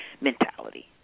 mentality